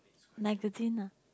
magazine ah